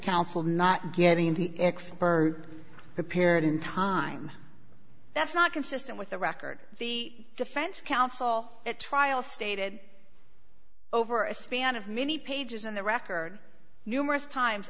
counsel not getting the expert prepared in time that's not consistent with the record the defense counsel at trial stated over a span of many pages in the record numerous times